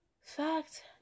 fact